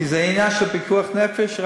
כי זה עניין של פיקוח נפש?